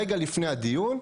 רגע לפני הדיון,